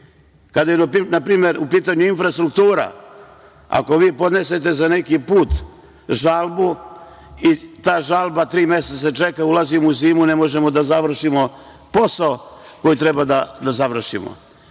svi. Kada je, na primer, u pitanju infrastruktura, ako vi podnesete za neki put žalbu i ta žalba tri meseca se čeka, ulazimo u zimu, ne možemo da završimo posao koji treba da završimo,